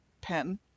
pen